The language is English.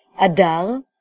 Adar